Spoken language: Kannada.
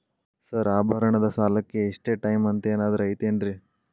ಸರ್ ಆಭರಣದ ಸಾಲಕ್ಕೆ ಇಷ್ಟೇ ಟೈಮ್ ಅಂತೆನಾದ್ರಿ ಐತೇನ್ರೇ?